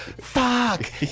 fuck